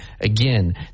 Again